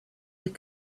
had